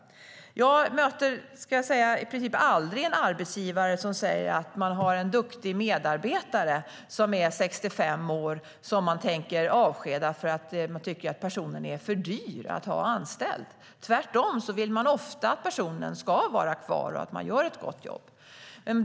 Jag möter, ska jag säga, i princip aldrig en arbetsgivare som säger att man har en duktig medarbetare som är 65 år som man tänker avskeda för att man tycker att personen är för dyr att ha anställd. Tvärtom vill man ofta att personen ska vara kvar, och den gör ett gott jobb.